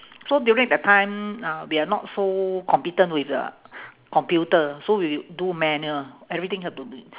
so during that time ah we are not so competent with the computer so we do manual everything have to